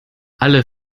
alle